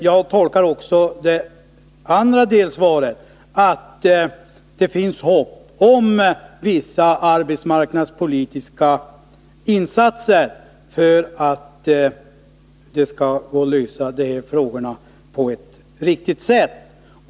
Jag tolkar det andra delsvaret så, att det finns hopp om vissa arbetsmarknadspolitiska insatser för att dessa frågor skall lösas på ett riktigt sätt.